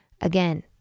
Again